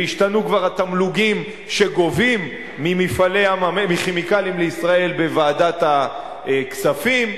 וישתנו כבר התמלוגים שגובים מ"כימיקלים לישראל" בוועדת הכספים.